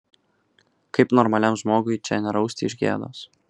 kaip normaliam žmogui čia nerausti iš gėdos